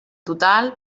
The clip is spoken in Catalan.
total